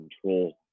control